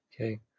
Okay